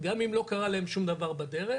גם אם לא קרה להם שום דבר בדרך,